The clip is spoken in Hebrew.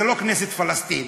זו לא כנסת פלסטין,